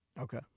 okay